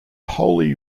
holy